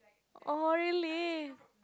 oh really